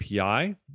API